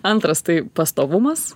antras tai pastovumas